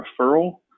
referral